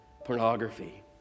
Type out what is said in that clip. pornography